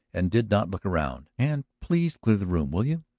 and did not look around. and please clear the room, will you?